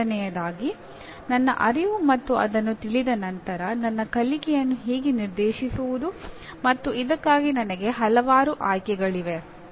ಮೊದಲನೆಯದಾಗಿ ನನ್ನ ಅರಿವು ಮತ್ತು ಅದನ್ನು ತಿಳಿದ ನಂತರ ನನ್ನ ಕಲಿಕೆಯನ್ನು ಹೇಗೆ ನಿರ್ದೇಶಿಸುವುದು ಮತ್ತು ಇದಕ್ಕಾಗಿ ನನಗೆ ಹಲವಾರು ಆಯ್ಕೆಗಳಿವೆ